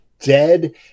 dead